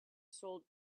sold